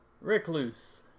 Recluse